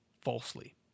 falsely